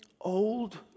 old